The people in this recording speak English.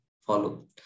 follow